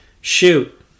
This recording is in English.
shoot